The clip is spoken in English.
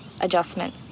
adjustment